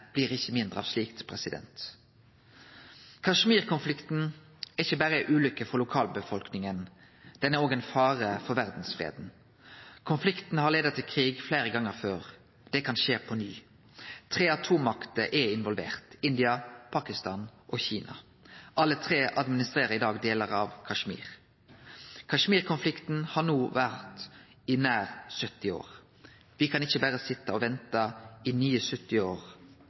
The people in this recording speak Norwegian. blir ikkje mindre av slikt. Kashmir-konflikten er ikkje berre ei ulykke for lokalbefolkninga, han er òg ein fare for verdsfreden. Konflikten har leidd til krig fleire gonger før. Det kan skje på ny. Tre atommakter er involverte: India, Pakistan – og Kina. Alle tre administrerer i dag delar av Kashmir. Kashmir-konflikten har no vart i nær 70 år. Me kan ikkje berre sitje og vente i nye 70 år.